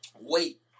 wait